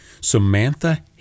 Samantha